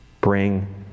Bring